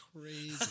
crazy